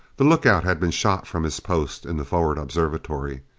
the lookout had been shot from his post in the forward observatory.